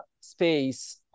space